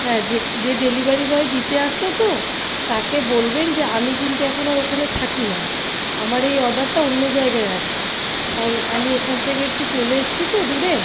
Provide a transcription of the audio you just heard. হ্যাঁ যে delivery boy দিতে আসত তো তাকে বলবেন যে আমি কিন্তু এখন আর ওখানে থাকি না আমার এই অর্ডারটা অন্য জায়গায় আসবে কারণ আমি ওখান থেকে একটু চলে এসেছি তো দূরে